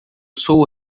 sou